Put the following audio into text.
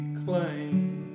claim